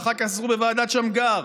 ואחר כך בוועדת שמגר.